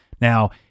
Now